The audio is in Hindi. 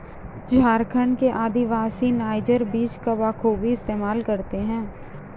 झारखंड के आदिवासी नाइजर बीज का बखूबी इस्तेमाल करते हैं